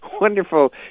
wonderful